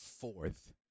fourth